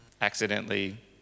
accidentally